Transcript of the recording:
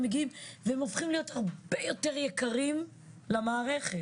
מגיעים והם הופכים להיות הרבה יותר יקרים למערכת.